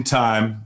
time